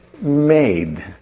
made